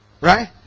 Right